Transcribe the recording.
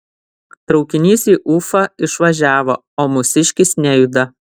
traukinys į ufą išvažiavo o mūsiškis nejuda